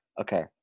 okay